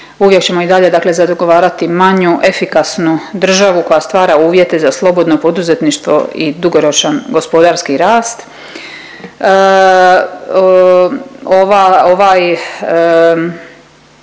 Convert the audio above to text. Uvijek ćemo i dalje, dakle zagovarati manju efikasnu državu koja stvara uvjete za slobodno poduzetništvo i dugoročan gospodarski rast.